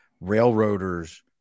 railroaders